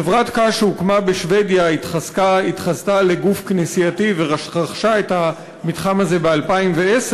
חברת-קש שהוקמה בשבדיה התחזתה לגוף כנסייתי ורכשה את המתחם הזה ב-2010,